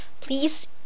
please